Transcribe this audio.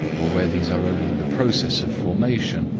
or where these are only in the process of formation,